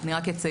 אני רק אציין,